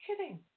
kidding